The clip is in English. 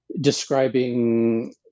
describing